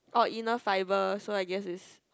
or inner fiber so I guess is